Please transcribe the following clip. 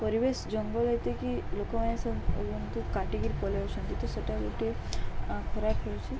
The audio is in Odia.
ପରିବେଶ ଜଙ୍ଗଲ ଏତିକି ଲୋକମାନେ ସବୁ କାଟିକିରି ପଲଉଛନ୍ତି ତ ସେଟା ଗୋଟିଏ ଖରାପ ହେଉଛି